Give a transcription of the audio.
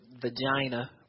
vagina